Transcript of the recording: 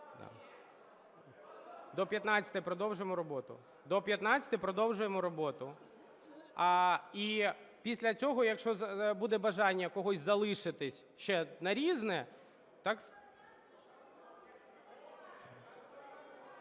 До 15-ї продовжимо роботу, до 15-ї продовжуємо роботу. Після цього, якщо буде бажання в когось залишитись ще на "Різне"...